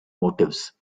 motifs